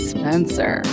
Spencer